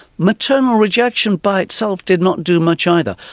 maternal rejection by itself did not do much either,